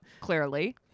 clearly